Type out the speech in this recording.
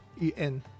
E-N